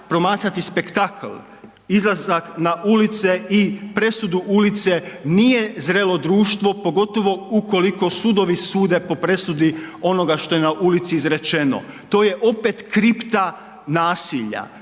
promatrati spektakl, izlazak na ulice i presudu ulice, nije zrelo društvo, pogotovo ukoliko sudovi sude po presudi onoga što je na ulici izrečeno, to je opet kripta nasilja.